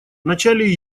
начале